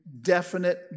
definite